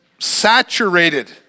saturated